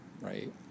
right